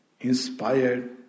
inspired